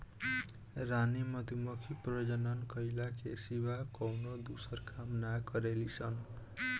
रानी मधुमक्खी प्रजनन कईला के सिवा कवनो दूसर काम ना करेली सन